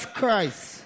Christ